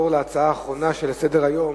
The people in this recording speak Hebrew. להצעה האחרונה שעל סדר-היום: